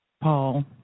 Paul